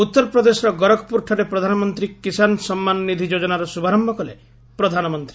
ଉତ୍ତର ପ୍ରଦେଶର ଗୋରଖପୁରଠାରେ ପ୍ରଧାନମନ୍ତୀ କିଷାନ୍ ସମ୍ମାନ ନିଧି ଯୋଜନାର ଶ୍ରଭାରମ୍ଠ କଲେ ପ୍ରଧାନମନ୍ତୀ